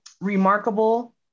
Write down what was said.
remarkable